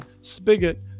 spigot